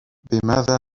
بماذا